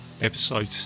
episode